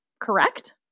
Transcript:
correct